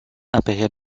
impériale